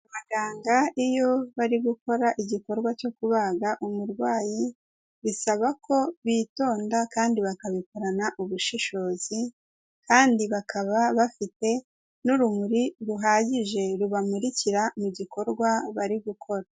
Abaganga iyo bari gukora igikorwa cyo kubaga umurwayi, bisaba ko bitonda kandi bakabikorana ubushishozi, kandi bakaba bafite n'urumuri ruhagije rubamurikira mu gikorwa bari gukora.